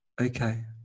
Okay